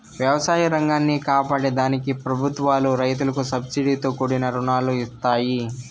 వ్యవసాయ రంగాన్ని కాపాడే దానికి ప్రభుత్వాలు రైతులకు సబ్సీడితో కూడిన రుణాలను ఇస్తాయి